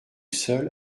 seul